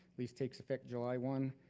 this takes effect july one,